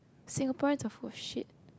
Singaporeans are full of shit